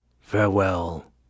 Farewell